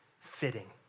fitting